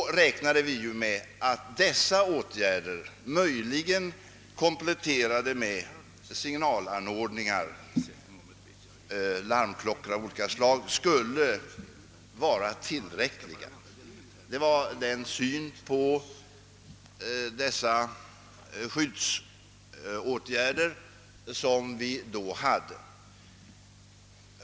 Då räknade vi med att dessa åtgärder, möjligen kompletterade med signalanordningar, larmklockor av olika slag, skulle vara tillräckliga. Det var den syn som man då hade i fråga om skyddsåtgärder på detta område.